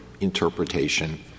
interpretation